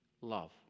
love